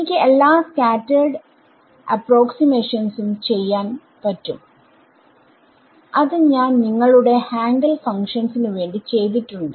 എനിക്ക് എല്ലാ സ്റ്റാൻഡേർഡ് അപ്രോക്സിമാഷൻസും ചെയ്യാൻ പറ്റും അത് ഞാൻ നിങ്ങളുടെ ഹാങ്കെൽ ഫങ്ക്ഷൻസിനു വേണ്ടി ചെയ്തിട്ടുണ്ട്